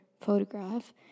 photograph